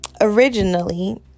Originally